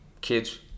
kids